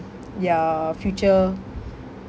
their future